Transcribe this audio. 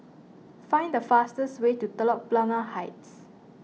find the fastest way to Telok Blangah Heights